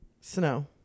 Snow